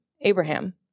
Abraham